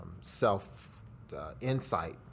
self-insight